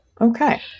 okay